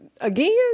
Again